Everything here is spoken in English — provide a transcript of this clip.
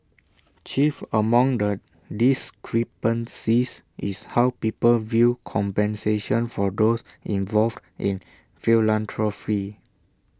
chief among the discrepancies is how people view compensation for those involved in philanthropy